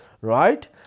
Right